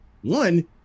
One